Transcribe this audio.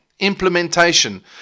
implementation